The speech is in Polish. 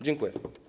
Dziękuję.